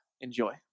Enjoy